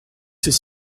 ceux